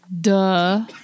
Duh